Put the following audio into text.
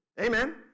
Amen